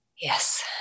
Yes